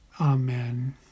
Amen